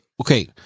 Okay